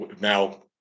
now